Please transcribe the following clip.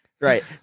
Right